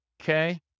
okay